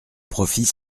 profit